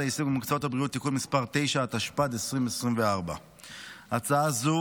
התשפ"ד 2024. ההצעה הזו